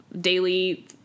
daily